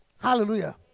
Hallelujah